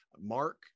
Mark